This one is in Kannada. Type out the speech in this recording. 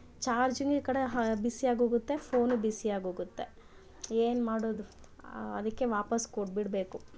ಚಾರ್ಜಿಂಗಿ ಕಡೆ ಹ ಬಿಸಿಯಾಗೋಗುತ್ತೆ ಫೋನು ಬಿಸಿಯಾಗೋಗುತ್ತೆ ಏನು ಮಾಡೋದು ಅದಕ್ಕೆ ವಾಪಾಸ್ ಕೊಟ್ಬಿಡಬೇಕು